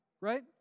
right